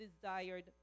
desired